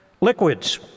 Liquids